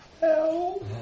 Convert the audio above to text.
help